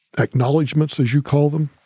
acknowledgments, as you call them,